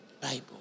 Bible